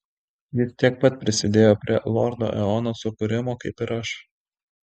jis tiek pat prisidėjo prie lordo eono sukūrimo kaip ir aš